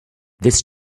this